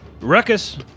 Ruckus